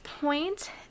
point